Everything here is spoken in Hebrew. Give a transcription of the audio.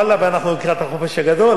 ואנחנו לקראת החופש הגדול,